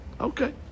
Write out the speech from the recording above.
Okay